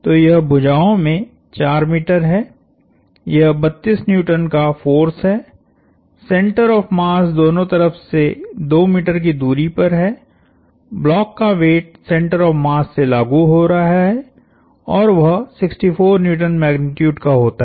तोयह भुजाओं में 4 मीटर है यह 32N का फोर्स है सेंटर ऑफ़ मास दोनों तरफ से 2 मीटर की दूरी पर है ब्लॉक का वेट सेंटर ऑफ़ मास से लागु हो रहा है और वह 64N मैग्नीट्यूड का होता है